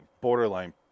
borderline